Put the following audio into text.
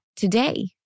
today